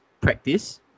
practice